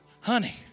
Honey